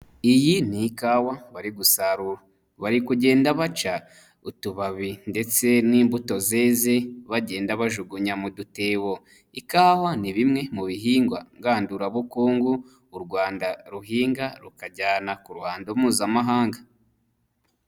Iyi ni ikawa bari gusarura, bari kugenda baca utubabi ndetse n'imbuto zeze, bagenda bajugunya mu dutebo, ikawa ni bimwe mu bihingwa ngandurabukungu, u Rwanda ruhinga rukajyana ku ruhando mpuzamahanga.